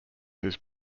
his